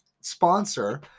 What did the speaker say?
sponsor